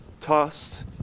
tossed